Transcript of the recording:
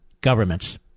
governments